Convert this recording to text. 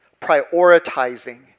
prioritizing